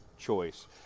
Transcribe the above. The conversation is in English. choice